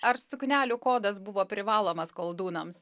ar suknelių kodas buvo privalomas koldūnams